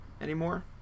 anymore